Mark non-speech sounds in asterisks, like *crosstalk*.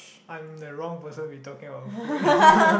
I'm the wrong person we talking about food *laughs*